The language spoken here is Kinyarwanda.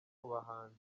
muhanzi